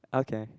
okay